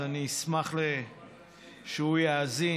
אז אני אשמח שהוא יאזין,